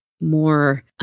more